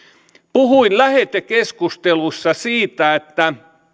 puhuin lähetekeskustelussa siitä että